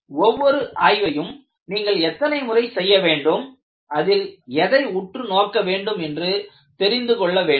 ஒவ்வொரு ஆய்வையும் நீங்கள் எத்தனை முறை செய்ய வேண்டும் அதில் எதை உற்றுநோக்க வேண்டும் என்று தெரிந்து கொள்ள வேண்டும்